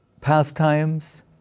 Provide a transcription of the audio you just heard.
pastimes